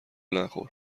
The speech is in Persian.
نخور